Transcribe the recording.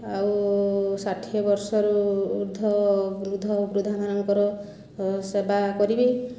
ଆଉ ଷାଠିଏ ବର୍ଷରୁ ଉର୍ଦ୍ଧ୍ଵ ବୃଦ୍ଧ ବୃଦ୍ଧାମାନଙ୍କର ସେବା କରିବି